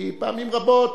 כי פעמים רבות